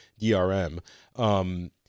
DRM